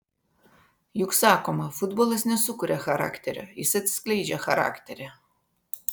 juk sakoma futbolas nesukuria charakterio jis atskleidžia charakterį